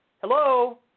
hello